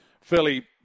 fairly